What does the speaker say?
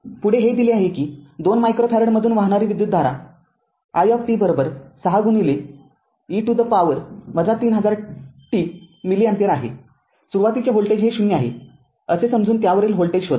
पुढे हे दिले आहे कि २ मायक्रो फॅरेड मधून वाहणारी विद्युतधारा i ६ e to the power ३०००t मिली अँपिअर आहे सुरुवातीचे व्होल्टेज हे ० आहे असे समजून त्यावरील व्होल्टेज शोधा